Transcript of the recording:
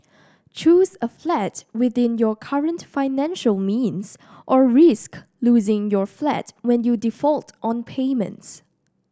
choose a flat within your current financial means or risk losing your flat when you default on payments